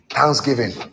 Thanksgiving